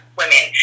women